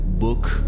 Book